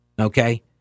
Okay